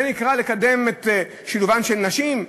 זה נקרא לקדם את שילובן של נשים?